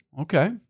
okay